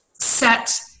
set